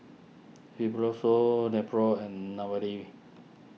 Fibrosol Nepro and